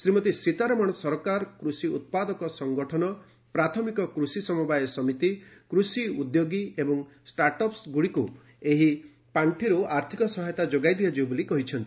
ଶ୍ରୀମତୀ ସୀତାରମଣ ସରକାର କୃଷି ଉତ୍ପାଦକ ସଙ୍ଗଠନ ପ୍ରାଥମିକ କୃଷି ସମବାୟ ସମିତି କୃଷି ଉଦ୍ୟୋଗୀ ଏବଂ ଷ୍ଟାର୍ଟ ଅପ୍ସ୍ ଗୁଡ଼ିକୁ ଏହି ପାଖିରୁ ଆର୍ଥକ ସହାୟତା ଯୋଗାଇ ଦିଆଯିବ ବୋଲି କହିଛନ୍ତି